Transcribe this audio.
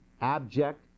abject